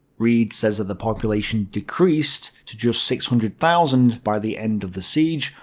reid says that the population decreased to just six hundred thousand by the end of the siege,